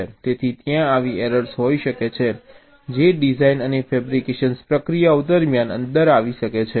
તેથી ત્યાં આવી એરર્સ હોઈ શકે છે જે ડિઝાઇન અને ફેબ્રિકેશન પ્રક્રિયાઓ દરમિયાન અંદર આવી શકે છે